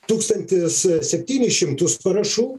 tūkstantis septynis šimtus parašų